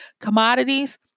commodities